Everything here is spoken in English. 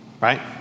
right